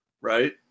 right